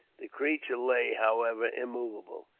the creature lay, however, immovable.